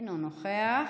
אינו נוכח.